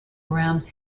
around